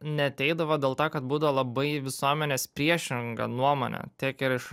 neateidavo dėl to kad būdavo labai visuomenės priešinga nuomonė tiek ir iš